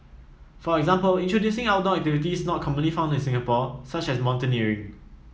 for example introducing outdoor activities not commonly found in Singapore such as mountaineering